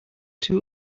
two